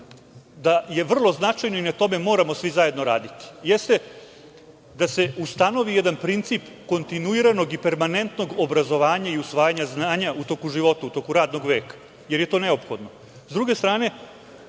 da je vrlo značajno i na tome moramo svi zajedno raditi, jeste da se ustanovi jedan princip kontinuiranog i permanentnog obrazovanja i usvajanja znanja u toku života, u toku radnog veka, jer je to neophodno.